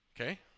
Okay